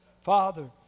Father